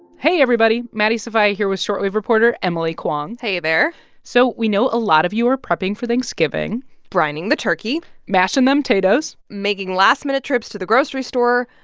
hey, everybody. maddie sofia here with short wave reporter emily kwong hey, there so we know a lot of you are prepping for thanksgiving brining the turkey mashing them tatoes making last-minute trips to the grocery store.